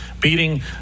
beating